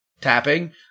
tapping